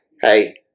hey